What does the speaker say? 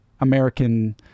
American